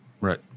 Right